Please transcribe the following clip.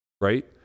right